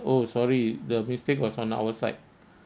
oh sorry the mistake was on our side